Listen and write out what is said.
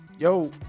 Yo